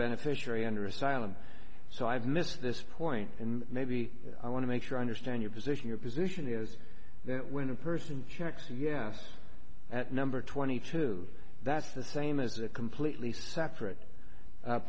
beneficiary under asylum so i've missed this point maybe i want to make sure i understand your position your position is that when a person checks yes at number twenty two that's the same as a completely separate